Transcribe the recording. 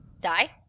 die